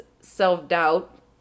self-doubt